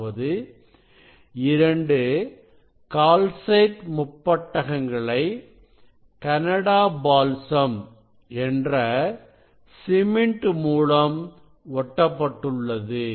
அதாவது 2 கால்சைட் முப்பட்டகங்களை Canada balsam என்ற சிமெண்ட் மூலம் ஒட்டப்பட்டுள்ளது